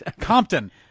Compton